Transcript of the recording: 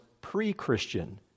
pre-Christian